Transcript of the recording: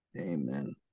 Amen